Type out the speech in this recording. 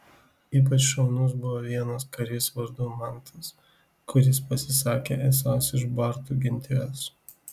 ypač šaunus buvo vienas karys vardu mantas kuris pasisakė esąs iš bartų genties